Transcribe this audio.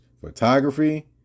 Photography